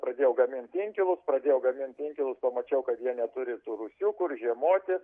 pradėjau gamint inkilus pradėjau gamint inkilus pamačiau kad jie neturi tų rūsių kur žiemoti